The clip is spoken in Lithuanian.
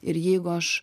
ir jeigu aš